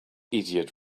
idiot